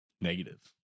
Negative